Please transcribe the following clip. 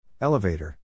Elevator